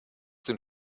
sind